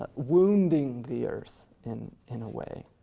but wounding the earth, in in a way.